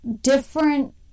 different